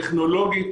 טכנולוגית,